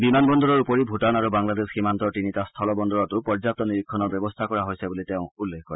বিমান বন্দৰৰ উপৰি ভূটান আৰু বাংলাদেশ সীমান্তৰ তিনিটা স্থল বন্দৰতো পৰ্যাপ্ত নিৰীক্ষণৰ ব্যৱস্থা কৰা হৈছে বুলি তেওঁ উল্লেখ কৰে